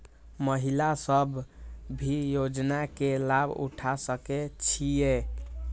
महिला सब भी योजना के लाभ उठा सके छिईय?